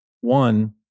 one